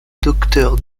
docteur